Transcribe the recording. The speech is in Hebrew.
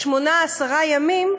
שמונה עשרה ימים,